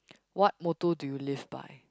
what motto do you live by